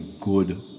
good